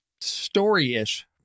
story-ish